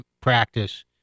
practice